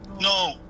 No